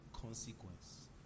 consequence